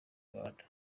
rwanda